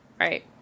right